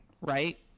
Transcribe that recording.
right